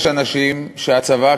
יש אנשים שהצבא,